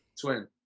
twin